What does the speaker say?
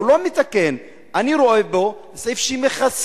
הוא לא מתקן, אני רואה בו סעיף שמחסל,